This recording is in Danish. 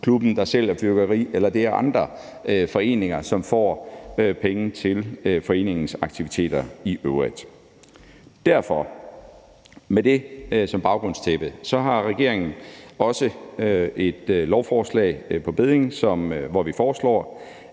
idrætsklubben, der sælger fyrværkeri, eller det er andre foreninger, som på den måde får penge til foreningens aktiviteter i øvrigt. Derfor har regeringen med det som bagtæppe også et lovforslag på bedding, hvor vi foreslår,